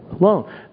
alone